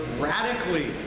radically